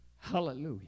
Hallelujah